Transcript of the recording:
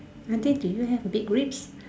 auntie do you have big ribs